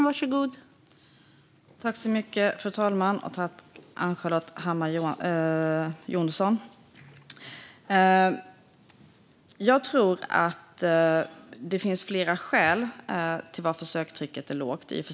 Fru talman! Jag tror att det finns flera skäl till att söktrycket är lågt.